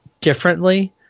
differently